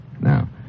now